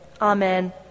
Amen